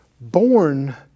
born